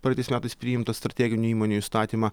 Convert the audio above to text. praeitais metais priimtą strateginių įmonių įstatymą